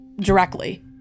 directly